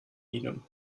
ihnen